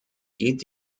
geht